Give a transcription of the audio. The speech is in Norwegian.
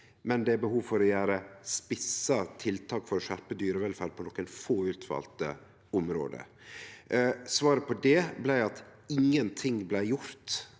men det er behov for å gjere spissa tiltak for å skjerpe dyrevelferd på nokre få utvalde område. Svaret på det var at ingenting blei gjort